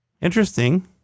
interesting